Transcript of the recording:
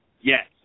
Yes